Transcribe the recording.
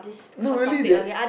no really they